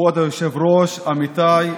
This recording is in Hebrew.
כבוד היושב-ראש, עמיתיי